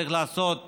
צריך לעשות